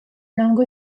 langue